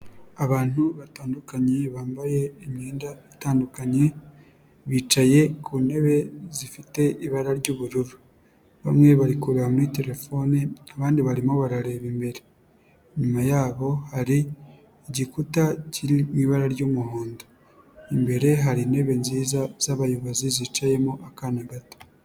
Abantu batandukanye bambaye imyenda itandukanye, bicaye ku ntebe zifite ibara ry'ubururu. Bamwe bari kureba muri telefone abandi barimo barareba imbere. Inyuma yabo hari igikuta kiri mu ibara ry'umuhondo. Imbere hari intebe nziza z'abayobozi zicayemo akana gato.